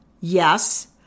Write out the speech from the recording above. Yes